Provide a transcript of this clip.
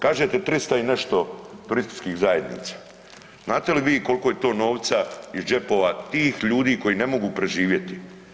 Kažete 300 i nešto turističkih zajednica, znate li vi koliko je to novca iz džepova tih ljudi koji ne mogu preživjeti?